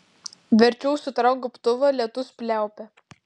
verčiau užsitrauk gobtuvą lietus pliaupia